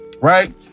right